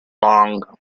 long